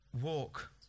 walk